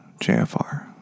JFR